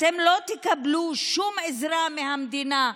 אתם לא תקבלו שום עזרה מהמדינה?